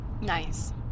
Nice